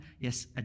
yes